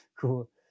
Cool